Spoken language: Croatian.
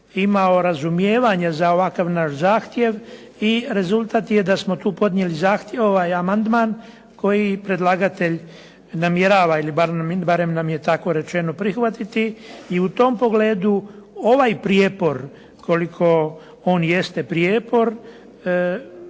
imao razumijevanje za ovakav naš zahtjev, i da smo tu podnijeli zahtjev, ovaj amandman, koji predlagatelj namjerava ili barem nam je tako rečeno prihvatiti i u tom pogledu ovaj prijepor, koliko on jeste prijepor,